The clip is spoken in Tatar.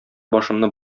башымны